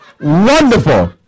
Wonderful